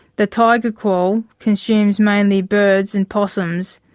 the tiger quoll consumes mainly birds and possums,